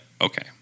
okay